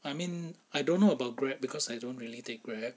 I mean I don't know about grab because I don't really take grab